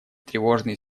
тревожные